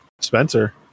Spencer